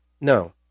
no